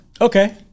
Okay